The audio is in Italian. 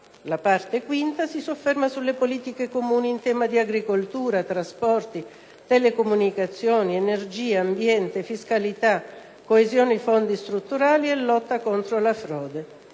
la parte quinta si sofferma sulle politiche comuni in tema di agricoltura, trasporti, telecomunicazioni, energia, ambiente, fiscalità, coesione, fondi strutturali e lotta contro la frode;